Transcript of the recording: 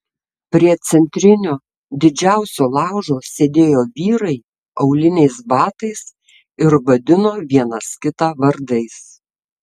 prie centrinio didžiausio laužo sėdėjo vyrai auliniais batais ir vadino vienas kitą vardais